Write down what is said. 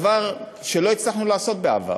זה דבר שלא הצלחנו לעשות בעבר,